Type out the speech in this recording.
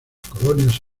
colonias